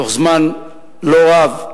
בתוך זמן לא רב,